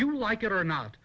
you like it or not